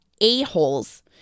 a-holes